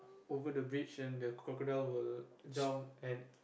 over the bridge and the crocodile will jump and